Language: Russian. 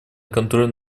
контроль